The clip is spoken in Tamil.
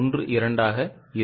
12 ஆக இருக்கும்